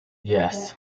yes